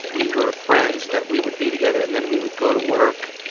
we were friends that we would be together and then we would go to work,